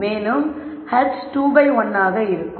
மேலும் h 2 by 1 ஆக இருக்கும்